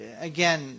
again